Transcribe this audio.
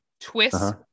Twist